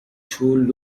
through